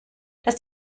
dass